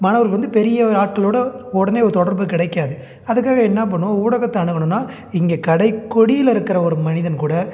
மாணவர்களுக்கு வந்து பெரிய ஒரு ஆட்களோடு உடனே ஒரு தொடர்பு கிடைக்காது அதுக்காக என்ன பண்ணணும் ஊடகத்தை அணுகணுன்னால் இங்கே கடைக்கோடியில் இருக்கிற ஒரு மனிதன்கூட